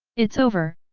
it's over,